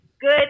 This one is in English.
Good